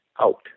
out